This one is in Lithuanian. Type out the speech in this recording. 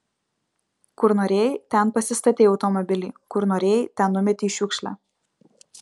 kur norėjai ten pasistatei automobilį kur norėjai ten numetei šiukšlę